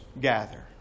gather